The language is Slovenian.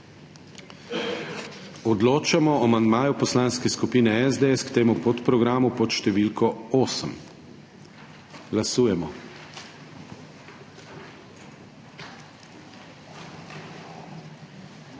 Odločamo o amandmaju Poslanske skupine SDS k temu podprogramu pod številko 1. Glasujemo.